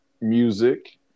music